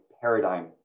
paradigm